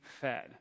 fed